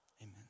Amen